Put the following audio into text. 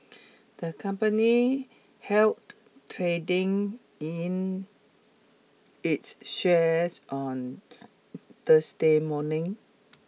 the company trading in its shares on Thursday morning